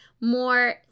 more